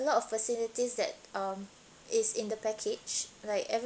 a lot of facilities that um is in the package like